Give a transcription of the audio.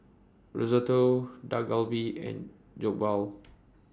Risotto Dak Galbi and Jokbal